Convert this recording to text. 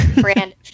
brand